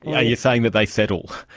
yeah you saying that they settle?